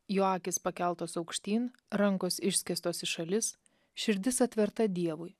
jo akys pakeltos aukštyn rankos išskėstos į šalis širdis atverta dievui